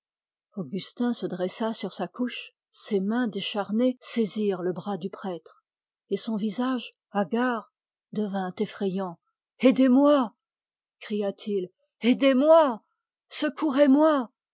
augustin se dressa sur sa couche ses mains décharnées saisirent le bras du prêtre et son visage hagard devint effrayant aidez-moi cria-t-il aidez-moi secourez-moi l'ennemi est